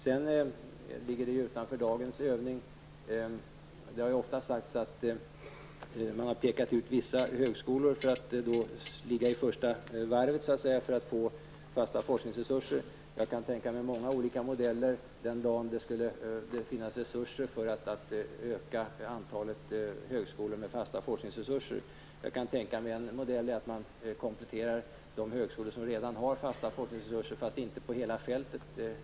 Det ligger litet utanför dagens debatt. Det har ofta sagts att man har pekat ut vissa högskolor för att ''ligga i första varvet'' för att få fasta forskningsresurser. Jag kan tänka mig många olika modeller den dagen det skulle finnas resurser för att öka antalet högskolor med fasta forskningsresurser. En modell är att man kompletterar de högskolor som redan har fasta forskningsresurser, fast inte på hela fältet.